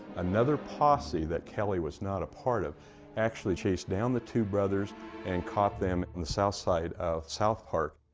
another posse that kelley was not a part of actually chased down the two brothers and caught them on the south side of south park.